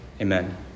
Amen